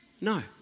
No